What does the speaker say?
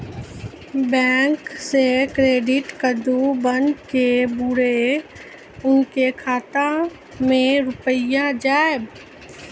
Bank से credit card बन के बुरे उनके खाता मे रुपिया जाएब?